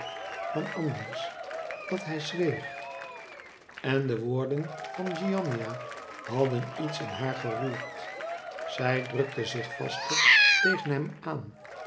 dan anders dat hij zweeg en de woorden van giannina hadden iets in haar geroerd zij drukte zich vaster tegen hem aan